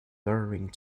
burrowing